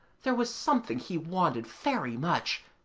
there was something he wanted very much,